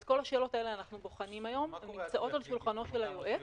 את כל השאלות האלה אנחנו בוחנים היום והן נמצאות על שולחנו של היועץ.